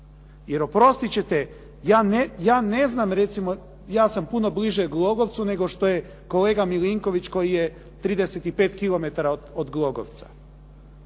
Jer oprostit ćete, ja ne znam recimo ja sam puno bliže Glogovcu nego što je kolega Milinković koji je 35 km od Glogovca.